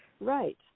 Right